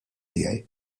tiegħi